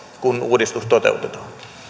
kun uudistus toteutetaan